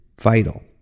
vital